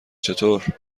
چطور